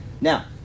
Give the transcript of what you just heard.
Now